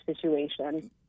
situation